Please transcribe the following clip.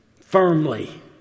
firmly